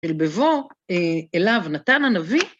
אל בבוא אליו נתן הנביא.